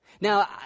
Now